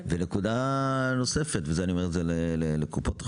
נקודה נוספת אני אומר את זה לקופות החולים,